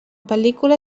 pel·lícula